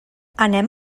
anem